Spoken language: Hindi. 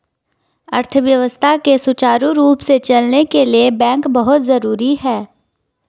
अर्थव्यवस्था के सुचारु रूप से चलने के लिए बैंक बहुत जरुरी हैं